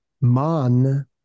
man